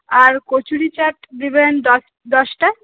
আর কচুরি চাট দিবেন দশ দশটা